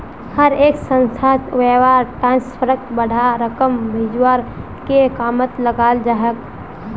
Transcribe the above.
हर एक संस्थात वायर ट्रांस्फरक बडा रकम भेजवार के कामत लगाल जा छेक